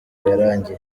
yarangiye